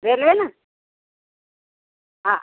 रेल्वेनं आ